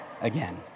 again